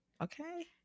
Okay